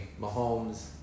Mahomes